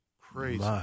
crazy